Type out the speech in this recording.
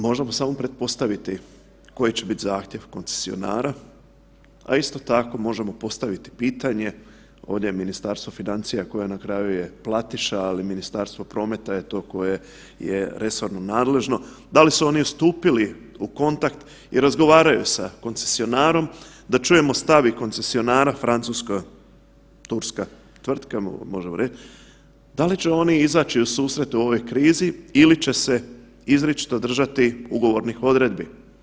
Možemo samo pretpostaviti koji će biti zahtjev koncesionara, a isto tako možemo postaviti pitanje, ovdje je Ministarstvo financija koje je na kraju platiša, ali i Ministarstvo prometa je to koje je resorno nadležno, da li su oni stupili u kontakt i razgovaraju sa koncesionarom, da čujemo stav i koncesionara francusko-turska tvrtka možemo reć, da li će oni izaći u susret ovoj krizi ili će se izričito držati odgovornih odredbi?